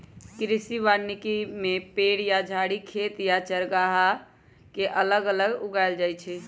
कृषि वानिकी में पेड़ या झाड़ी खेत या चारागाह के अगल बगल उगाएल जाई छई